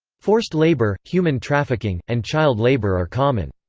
forced labour, human trafficking, and child labour are common.